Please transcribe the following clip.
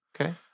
Okay